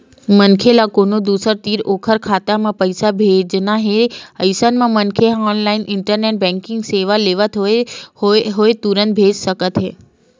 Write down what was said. मनखे ल कोनो दूसर तीर ओखर खाता म पइसा भेजना हे अइसन म मनखे ह ऑनलाइन इंटरनेट बेंकिंग सेवा लेवत होय तुरते भेज सकत हे